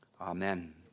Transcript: Amen